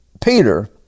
Peter